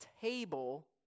table